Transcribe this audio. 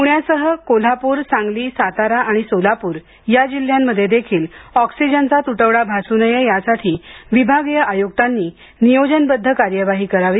पुण्यासह कोल्हापूर सांगली सातारा आणि सोलापूर या जिल्ह्यांमध्ये देखील ऑक्सिजनचा तुटवडा भासू नये यासाठी विभागीय आयुक्तांनी नियोजनबध्द कार्यवाही करावी